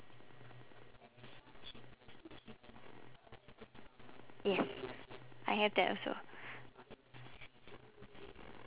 yes I have that also